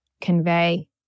convey